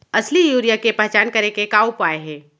असली यूरिया के पहचान करे के का उपाय हे?